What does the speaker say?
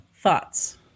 thoughts